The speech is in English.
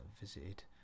visited